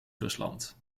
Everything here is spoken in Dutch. rusland